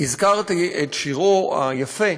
הזכרתי את שירו היפה